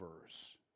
verse